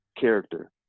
character